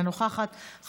אינה נוכחת.